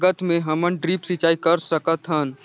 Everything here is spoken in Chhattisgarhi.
कम लागत मे हमन ड्रिप सिंचाई कर सकत हन?